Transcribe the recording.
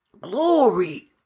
Glory